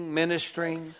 ministering